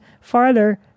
farther